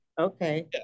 Okay